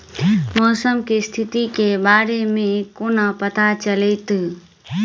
मौसम केँ स्थिति केँ बारे मे कोना पत्ता चलितै?